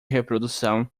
reprodução